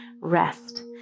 rest